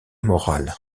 morale